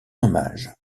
hommage